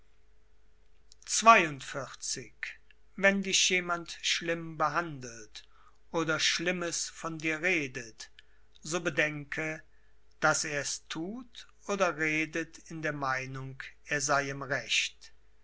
wenn dich jemand schlimm behandelt oder schlimmes von dir redet so bedenke daß er es thut oder redet in der meinung er sei im recht